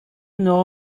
know